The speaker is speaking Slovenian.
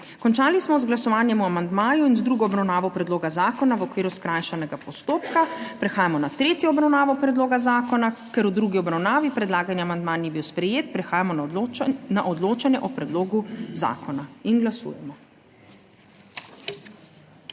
Končali smo z glasovanjem o amandmaju in z drugo obravnavo predloga zakona, v okviru skrajšanega postopka. Prehajamo na **tretjo obravnavo predloga zakona**. Ker v drugi obravnavi predlagani amandma ni bil sprejet, prehajamo na odločanje o predlogu zakona. Glasujemo.